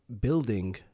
building